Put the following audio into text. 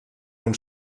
uns